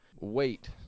Wait